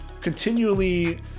continually